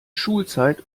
schulzeit